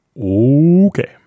okay